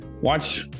watch